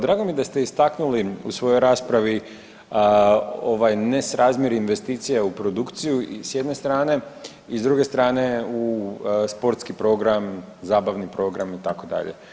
Drago mi je da ste istaknuli u svojoj raspravi ovaj nesrazmjer investicija u produkciju s jedne strane i s druge strane u sportski program, zabavni program itd.